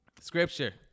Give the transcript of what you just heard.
Scripture